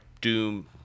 doom